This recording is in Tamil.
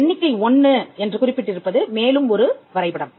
எண்ணிக்கை 1 என்று குறிப்பிட்டிருப்பது மேலும் ஒரு வரைபடம்